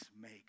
make